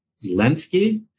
Zelensky